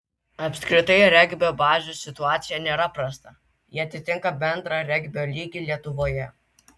apskritai regbio bazių situacija nėra prasta ji atitinka bendrą regbio lygį lietuvoje